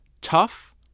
Tough